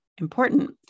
important